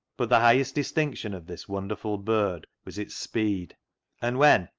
but the highest distinction of this wonderful bird was its speed and when,